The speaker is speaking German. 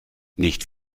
nicht